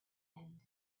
end